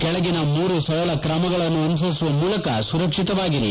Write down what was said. ಕೆಳಗಿನ ಮೂರು ಸರಳ ಕ್ರಮಗಳನ್ನು ಅನುಸರಿಸುವ ಮೂಲಕ ಸುರಕ್ಷಿತವಾಗಿರಿ